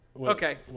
Okay